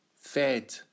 fed